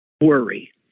worry